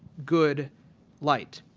good light.